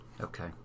Okay